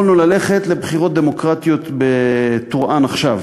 יכולנו ללכת לבחירות דמוקרטיות בטורעאן עכשיו.